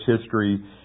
history